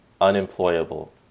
unemployable